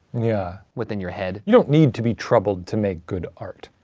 yeah. within your head. you don't need to be troubled to make good art.